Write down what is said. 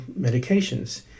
medications